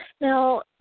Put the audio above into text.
Now